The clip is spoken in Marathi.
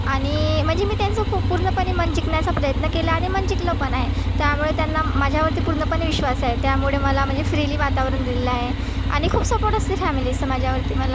आणि म्हणजे मी त्यांचं खूप पूर्णपणे मन जिंकण्याचा प्रयत्न केला आणि मन जिकलं पण आहे त्यामुळे त्यांना माझ्यावरती पूर्णपणे विश्वास आहे त्यामुळे मला म्हणजे फ्रीली वातावरण दिलेलं आहे आणि खूप सपोर्ट असते फॅमिलीचं माझ्यावरती मला